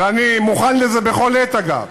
ואני מוכן לזה בכל עת, אגב,